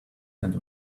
and